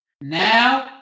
Now